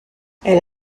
elle